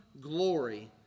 glory